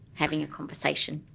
having a conversation.